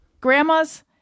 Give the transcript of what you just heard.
grandmas